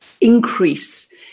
increase